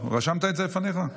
רשמת את זה לפניך?